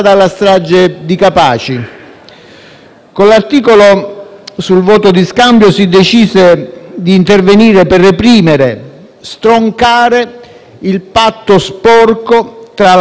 Con l'articolo sul voto di scambio si decise di intervenire per reprimere e stroncare il patto sporco tra la mafia e la politica locale e nazionale.